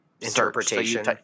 Interpretation